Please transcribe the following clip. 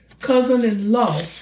cousin-in-law